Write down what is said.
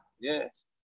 Yes